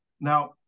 Now